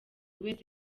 wese